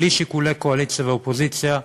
בלי שיקולי קואליציה ואופוזיציה,